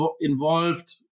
involved